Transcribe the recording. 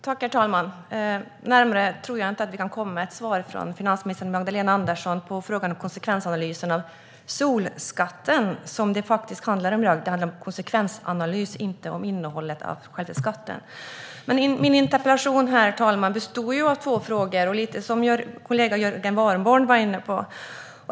Herr talman! Närmare tror jag inte att vi kan komma ett svar från finansminister Magdalena Andersson på frågan om konsekvensanalysen av solskatten; det är ju konsekvensanalys det handlar om i dag och inte om själva skattens innehåll. Min interpellation, herr talman, bestod av två frågor, som min kollega Jörgen Warborn var inne på.